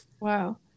Wow